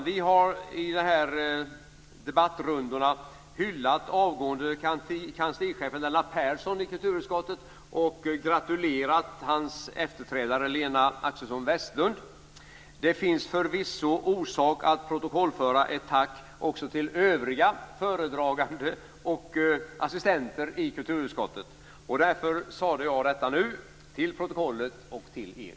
Vi har i de här debattrundorna hyllat kulturutskottets avgående kanslichef Lennart Persson och gratulerat hans efterträdare Lena Axelsson-Westlund. Det finns förvisso orsak att protokollföra ett tack också till övriga föredragande och assistenter i kulturutskottet. Därför säger jag nu detta till protokollet och till er.